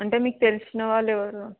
అంటే మీకు తెలిసిన వాళ్ళు ఎవరు